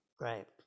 Right